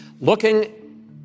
Looking